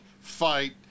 fight